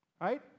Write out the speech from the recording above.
right